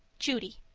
judy